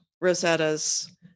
Rosetta's